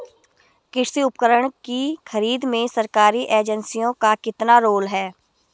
कृषि उपकरण की खरीद में सरकारी एजेंसियों का कितना रोल है?